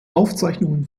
aufzeichnungen